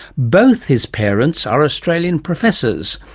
both his parents are australian professors,